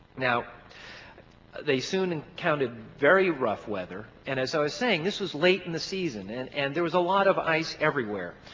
now they soon encountered very rough weather, and as i was saying this was late in the season, and and there was a lot of ice everywhere.